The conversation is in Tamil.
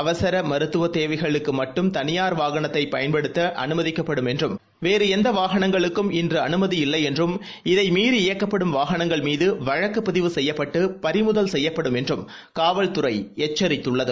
அவசரமருத்துவதேவைகளுக்குமட்டும் தனியார் வாகனத்தைபயன்படுத்தஅனுமதிக்கப்படும் என்றும் வேறுஎந்தவாகனங்களுக்கும் இதைமீறி இன்றுஅனுமதியில்லைஎன்றும் இயக்கப்படும் வாகனங்கள்மீதுவழக்குப் பதிவு செய்யப்பட்டு பறிமுதல் செய்யப்படும் என்றும் காவல்துறைஎச்சரித்துள்ளது